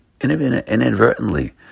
inadvertently